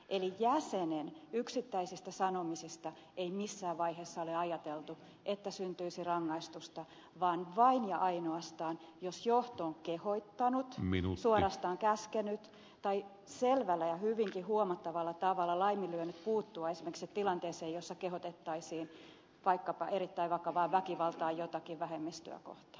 eli jäsenen yksittäisistä sanomisista ei missään vaiheessa ole ajateltu että syntyisi rangaistusta vaan vain ja ainoastaan jos johto on kehottanut suorastaan käskenyt tai selvällä ja hyvinkin huomattavalla tavalla laiminlyönyt puuttua esimerkiksi tilanteeseen jossa kehotettaisiin vaikkapa erittäin vakavaan väkivaltaan jotakin vähemmistöä kohtaan